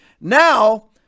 Now